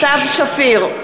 סתיו שפיר,